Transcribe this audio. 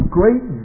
great